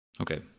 Okay